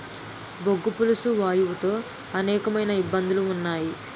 బొగ్గు పులుసు వాయువు తో అనేకమైన ఇబ్బందులు ఉన్నాయి